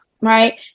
right